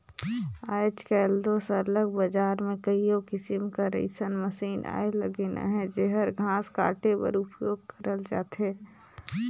आएज काएल दो सरलग बजार में कइयो किसिम कर अइसन मसीन आए लगिन अहें जेहर घांस काटे बर उपियोग करल जाथे